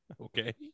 Okay